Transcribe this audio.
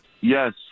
Yes